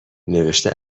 نوشته